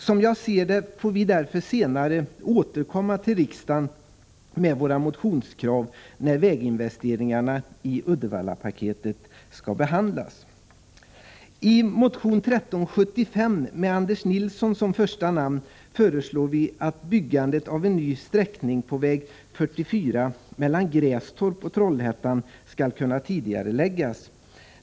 Som jag ser det får vi därför senare återkomma till riksdagen med våra motionskrav när väginvesteringarna i Uddevallapaketet skall behandlas. I motion 1375, med Anders Nilsson som första namn, föreslår vi att byggandet av en ny sträckning av väg 44 mellan Grästorp och Trollhättan skall tidigareläggas.